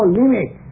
limit